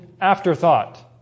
afterthought